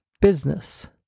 business